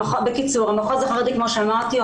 כמו שאמרתי,